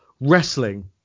wrestling